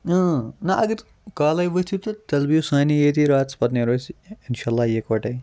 اۭں نہَ اَگَر کالے ؤتھِو تہٕ تیٚلہِ بِہِو سانے ییٚتی راتَس پَتہٕ نیرو أسۍ اِنشا اللہ یِکوٹے